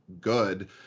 good